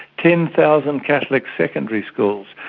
ten thousand catholic secondary schools.